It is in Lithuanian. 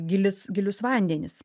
gilius gilius vandenis